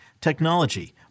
technology